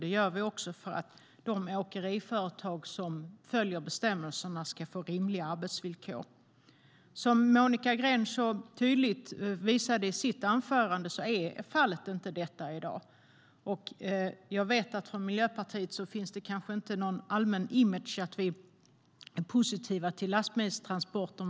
Det gör vi också för att de åkeriföretag som följer bestämmelserna ska få rimliga arbetsvillkor. Som Monica Green så tydligt visade i sitt anförande är detta i dag inte fallet. Jag vet att det kanske inte finns någon allmän image för Miljöpartiet att vi är positiva till lastbilstransporter.